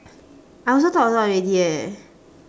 I also talk a lot already eh